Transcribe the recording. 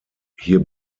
hier